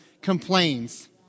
complains